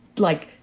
like,